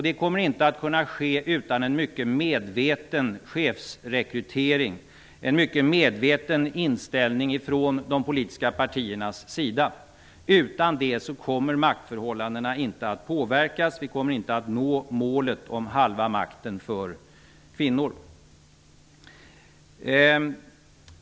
Det kommer inte att kunna ske utan en mycket medveten chefsrekrytering och en mycket medveten inställning från de politiska partiernas sida. Utan det kommer maktförhållandena inte att påverkas. Vi kommer inte att nå målet om halva makten för kvinnor.